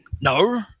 No